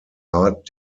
art